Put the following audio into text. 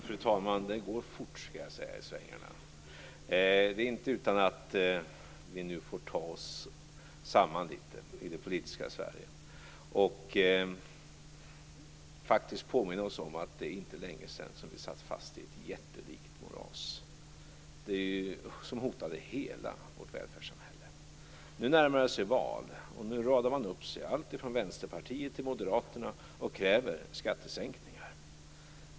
Fru talman! Det går fort i svängarna i Sverige , skall jag säga! Det är inte utan att vi nu får ta oss samman litet i det politiska Sverige och faktiskt påminna oss om att det inte är länge sedan vi satt fast i ett jättelikt moras som hotade hela vårt välfärdssamhälle. Nu närmar det sig val, och då radar man upp sig alltifrån Vänsterpartiet till Moderaterna och kräver skattesänkningar.